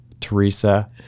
Teresa